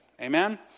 Amen